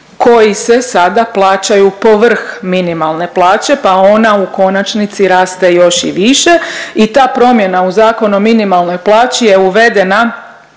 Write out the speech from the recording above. koji se sada plaćaju povrh minimalne plaće pa ona u konačnici raste još i više i ta promjena u Zakonu o minimalnoj plaći je uvedena